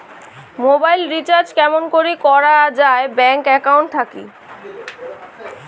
Mobile recharge কেমন করি করা যায় ব্যাংক একাউন্ট থাকি?